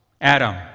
Adam